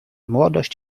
młodość